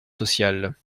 sociales